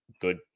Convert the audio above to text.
good